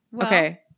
Okay